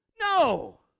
No